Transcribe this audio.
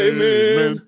Amen